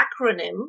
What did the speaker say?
acronym